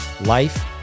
life